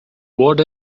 what